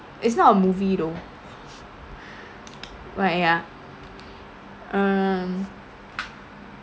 it's not a movie though like ya um